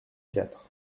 quatre